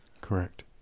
correct